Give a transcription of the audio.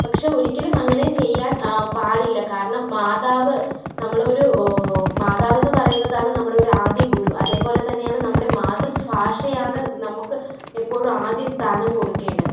പക്ഷേ ഒരിക്കലും അങ്ങനെ ചെയ്യാൻ പാടില്ല കാരണം മാതാവ് നമ്മളൊരു മാതാവെന്ന് പറയുന്നതാണ് നമ്മുടെ ഒരു ആദ്യ ഗുരു അതേപോലെ തന്നെയാണ് നമ്മുടെ മാതൃഫാഷയാണ് നമുക്ക് എപ്പോഴും ആദ്യ സ്ഥാനം കൊടുക്കേണ്ടത്